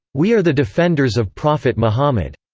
we are the defenders of prophet mohammed.